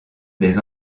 des